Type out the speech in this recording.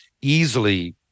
easily